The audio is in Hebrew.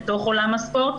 בתוך עולם הספורט,